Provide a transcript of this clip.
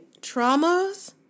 traumas